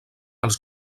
als